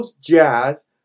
Jazz